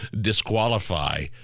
disqualify